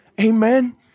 Amen